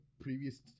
previous